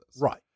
right